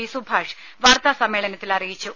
V Subhash വാർത്താ സമ്മേളനത്തിലറിയിച്ചു